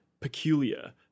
peculiar